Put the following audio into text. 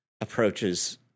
approaches